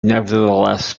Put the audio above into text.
nevertheless